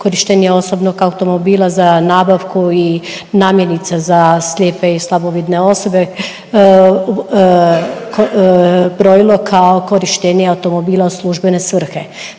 korištenje osobnog automobila za nabavku i namirnice za slijepe i slabovidne osobe brojilo kao korištenje automobila u službene svrhe.